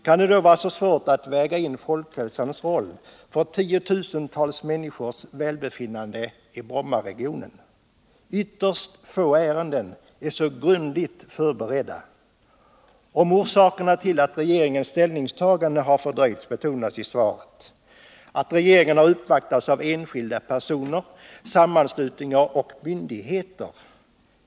Kan det då vara så svårt att väga in folkhälsans roll för tiotusentals människors välbefinnande i Brommaregionen? Ytterst få ärenden är så grundligt förberedda. När det gäller orsakerna till att regeringens ställningstagande har fördröjts betonas i svaret att regeringen har ”uppvaktats av åtskilliga enskilda personer, sammanslutningar och myndigheter”.